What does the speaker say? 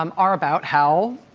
um are about how,